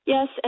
Yes